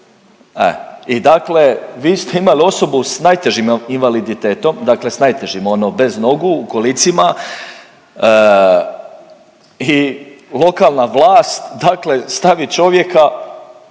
i dakle vi ste imali osobu s najtežim invaliditetom, dakle s najtežim ono bez nogu u kolicima i lokalna vlast stavi čovjeka,